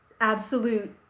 absolute